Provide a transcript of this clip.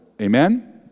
Amen